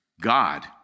God